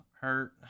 hurt